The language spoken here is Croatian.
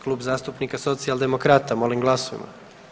Klub zastupnika Socijaldemokrata, molim glasujmo.